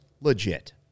legit